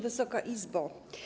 Wysoka Izbo!